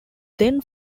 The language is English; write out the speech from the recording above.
then